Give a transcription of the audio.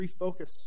refocus